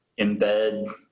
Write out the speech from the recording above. embed